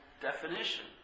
definition